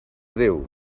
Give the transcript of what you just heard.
déu